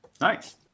Nice